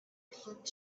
pink